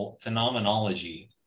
phenomenology